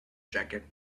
jacket